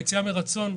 היציאה מרצון,